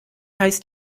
heißt